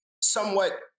somewhat